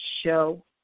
show